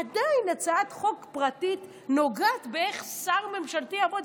עדיין הצעת חוק פרטית נוגעת באיך שר ממשלתי יעבוד.